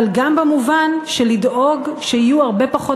אבל גם במובן של לדאוג שיהיו הרבה פחות